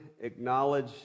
acknowledge